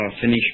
finish